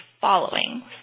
following